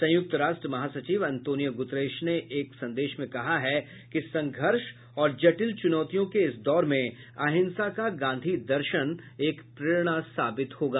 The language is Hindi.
संयुक्त राष्ट्र महासचिव अंतोनियो गुतरश ने एक संदेश में कहा है कि संघर्ष और जटिल चुनौतियों के इस दौर में अहिंसा का गांधी दर्शन एक प्रेरणा साबित होगा